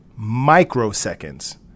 microseconds